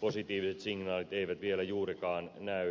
positiiviset signaalit eivät vielä juurikaan näy